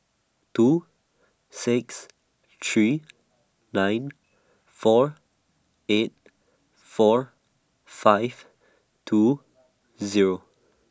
two six three nine four eight four five two Zero